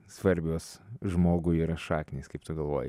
svarbios žmogui yra šaknys kaip tu galvoji